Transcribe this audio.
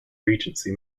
regency